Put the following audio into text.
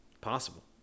possible